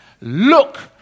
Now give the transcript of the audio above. Look